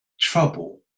trouble